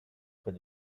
près